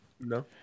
no